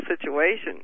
situation